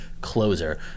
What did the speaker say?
closer